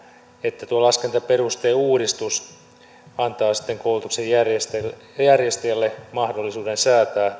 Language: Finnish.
että tuo laskentaperusteuudistus antaa sitten koulutuksen järjestäjälle mahdollisuuden säätää toimintaansa